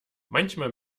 manchmal